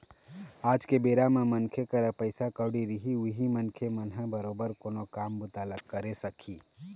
आज के बेरा म मनखे करा पइसा कउड़ी रही उहीं मनखे मन ह बरोबर कोनो काम बूता ल करे सकही